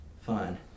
Fine